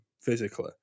physically